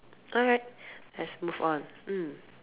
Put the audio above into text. alright let's move on mm